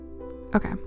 Okay